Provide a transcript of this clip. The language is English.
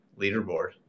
leaderboard